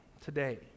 today